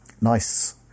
nice